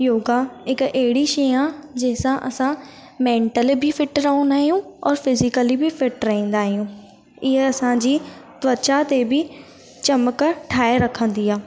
योग हिक अहिड़ी शइ आहे जंहिंसां असां मैंटली बि फिट रहंदा आहियूं और फिज़िकली बि फिट रहंदा आहियूं ईअ असांजी त्वचा ते बि चमक ठाहे रखंदी आहे